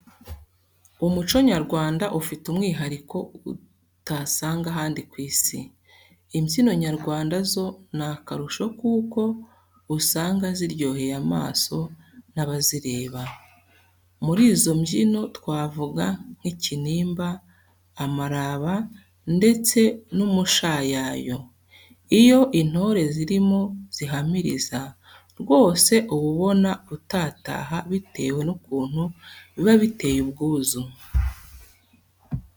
Umuco nyarwanda ufite umwihariko utasanga ahandi ku isi. Imbyino nyarwanda zo ni akarusho kuko usanga ziryoheye amaso y'abazireba. Muri izo mbyino twavuga nk'ikinimba, amaraba ndetse n'umushayayo. Iyo intore zirimo zihamiriza, rwose uba ubona utataha bitewe n'ukuntu biba biteye ubwuzu.